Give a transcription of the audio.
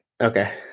okay